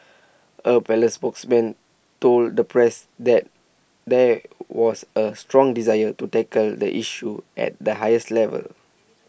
A palace spokesman told the press that there was A strong desire to tackle the issue at the highest levels